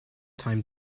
time